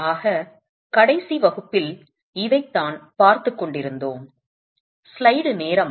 ஆக கடைசி வகுப்பில் இதைத்தான் பார்த்துக் கொண்டிருந்தோம்